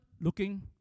looking